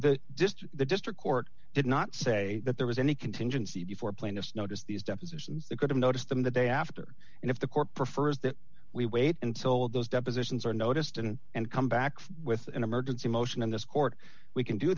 just the district court did not say that there was any contingency before plaintiffs notice these depositions that could have noticed them the day after and if the court prefers that we wait until those depositions are noticed and and come back with an emergency motion in this court we can do